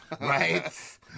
Right